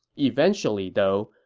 eventually, though,